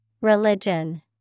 Religion